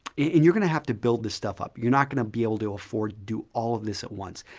and youire going to have to build this stuff up. youire not going to be able to afford to do all of this at once.